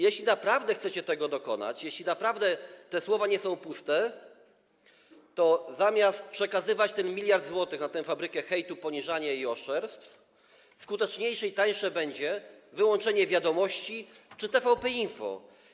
Jeśli naprawdę chcecie tego dokonać, jeśli naprawdę te słowa nie są puste, to zamiast przekazywać ten 1 mld zł na tę fabrykę hejtu, poniżania i oszczerstw, skuteczniejsze i tańsze będzie wyłączenie „Wiadomości” czy TVP Info.